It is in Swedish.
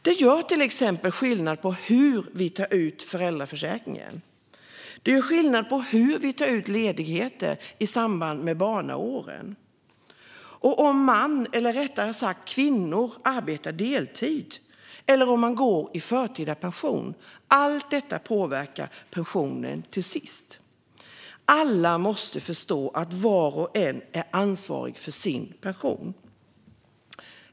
Det gör till exempel skillnad hur vi tar ut föräldraförsäkringen, hur vi tar ut ledigheter i samband med barnaåren och om man, eller rättare sagt kvinnor, arbetar deltid eller går i förtida pension. Allt detta påverkar till sist pensionen. Alla måste förstå att var och en är ansvarig för sin pension.